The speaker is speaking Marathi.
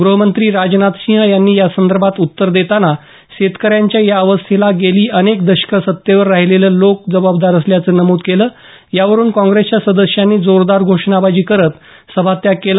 ग्रहमंत्री राजनाथसिंह यांनी यासंदर्भात उत्तर देताना शेतकऱ्यांच्या या अवस्थेला गेली अनेक दशकं सत्तेवर राहिलेले लोक जबाबदार असल्याचं नमूद केलं यावरून काँग्रेसच्या सदस्यांनी जोरदार घोषणाबाजी करत सभात्याग केला